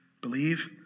believe